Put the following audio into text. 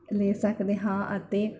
ਲੈ ਸਕਦੇ ਹਾਂ ਅਤੇ